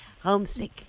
homesick